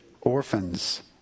orphans